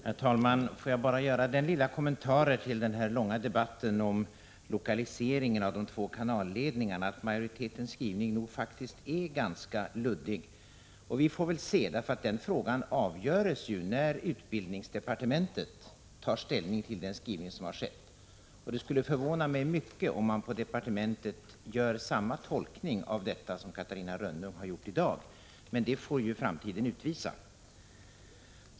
Herr talman! Får jag göra den lilla kommentaren till den här långa debatten om lokaliseringen av de två kanalledningarna, att majoritetens skrivning nog är ganska luddig. Och vi får väl se hur det blir — för den frågan avgörs ju när utbildningsdepartementet tar ställning till den skrivning som har skett. Det skulle förvåna mig mycket om man på departementet gör samma tolkning av denna skrivning som Catarina Rönnung har gjort i dag. Men det får alltså framtiden utvisa.